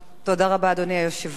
תודה רבה, אדוני היושב-ראש.